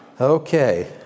Okay